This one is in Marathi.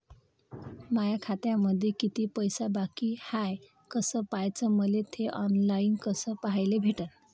माया खात्यामंधी किती पैसा बाकी हाय कस पाह्याच, मले थे ऑनलाईन कस पाह्याले भेटन?